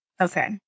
Okay